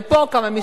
כמה משם,